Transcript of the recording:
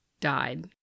died